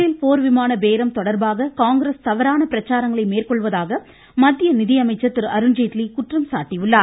பேல் போர் விமான பேரம் தொடர்பாக காங்கிரஸ் தவறான பிரச்சாரங்களை மேற்கொள்வதாக மத்திய நிதிஅமைச்சர் திரு அருண்ஜேட்லி குற்றம் சாட்டியுள்ளார்